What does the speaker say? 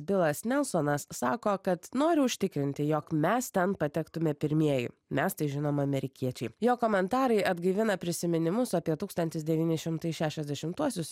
bilas nelsonas sako kad noriu užtikrinti jog mes ten patektume pirmieji mes tai žinoma amerikiečiai jo komentarai atgaivina prisiminimus apie tūkstantis devyni šimtai šešiasdešimtuosius